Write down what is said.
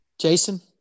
Jason